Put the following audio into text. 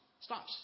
Stops